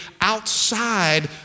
outside